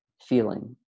feeling